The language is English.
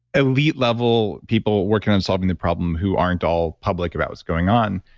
elite level people working on solving the problem, who aren't all public about what's going on,